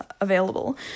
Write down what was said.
available